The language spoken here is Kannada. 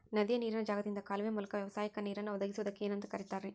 ನದಿಯ ನೇರಿನ ಜಾಗದಿಂದ ಕಾಲುವೆಯ ಮೂಲಕ ವ್ಯವಸಾಯಕ್ಕ ನೇರನ್ನು ಒದಗಿಸುವುದಕ್ಕ ಏನಂತ ಕರಿತಾರೇ?